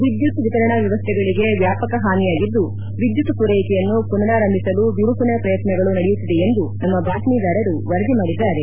ವಿದ್ದುತ್ ವಿತರಣ ವ್ಯವಸ್ಥೆಗಳಿಗೆ ವ್ಯಾಪಕ ಹಾನಿಯಾಗಿದ್ದು ವಿದ್ದುತ್ ಪೂರೈಕೆಯನ್ನು ಮನರಾಂಭಿಸಲು ಬಿರುಸಿನ ಪ್ರಯತ್ನಗಳು ನಡೆಯುತ್ತಿದೆ ಎಂದು ನಮ್ಮ ಬಾತ್ಮೀದಾರರು ವರದಿ ಮಾಡಿದ್ದಾರೆ